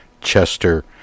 Chester